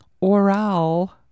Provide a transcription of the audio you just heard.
Oral